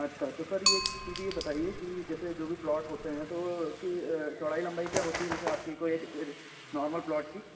अच्छा तो सर यह एक चीज़ यह बताइए कि जैसे कि जो भी प्लॉट होते हैं तो उसकी चौड़ाई लंबाई क्या होती है जैसे आपके कोई एक नॉर्मल प्लॉट की